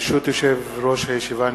ברשות יושב-ראש הישיבה,